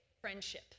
friendship